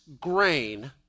grain